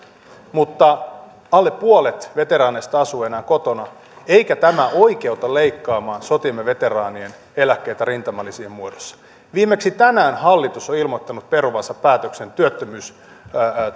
mutta alle puolet veteraaneista asuu enää kotona eikä tämä oikeuta leikkaamaan sotiemme veteraanien eläkkeitä rintamalisien muodossa viimeksi tänään hallitus on ilmoittanut peruvansa päätöksen työttömyysturvaan